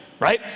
right